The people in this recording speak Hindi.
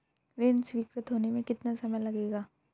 ऋण स्वीकृत होने में कितना समय लगेगा?